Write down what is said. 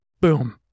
boom